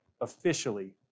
officially